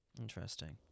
Interesting